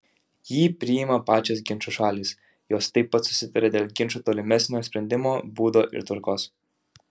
jį priima pačios ginčo šalys jos taip pat susitaria dėl ginčo tolimesnio sprendimo būdo ir tvarkos